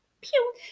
pew